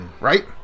Right